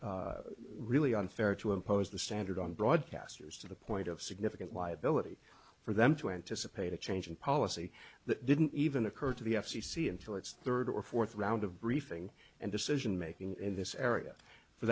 it's really unfair to impose the standard on broadcasters to the point of significant liability for them to anticipate a change in policy that didn't even occur to the f c c until its third or fourth round of briefing and decision making in this area for